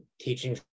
teaching